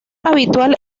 habitual